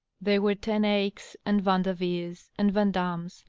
they were ten eycks and vanderveers and van dams,